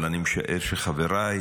אבל אני משער שחבריי,